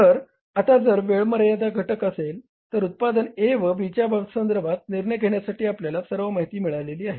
तर आता जर वेळ मर्यादित घटक असेल तर उत्पादन A व B च्या संदर्भात निर्णय घेण्यासाठी आपल्याला सर्व माहिती मिळाली आहे